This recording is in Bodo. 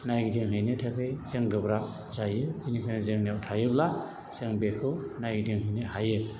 नायगिदिंहैनो थाखाय जों गोब्राब जायो बेनिखायनो जोंनियाव थायोब्ला जों बेखौ नायदिंहैनो हायो